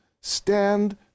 stand